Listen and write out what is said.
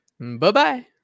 bye-bye